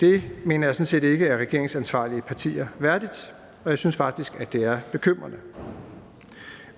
Det mener jeg sådan set ikke er regeringsansvarlige partier værdigt, og jeg synes faktisk, det er bekymrende.